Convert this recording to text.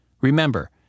remember